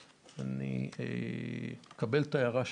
אני מקבל את ההערה שלך.